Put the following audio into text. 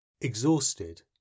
Exhausted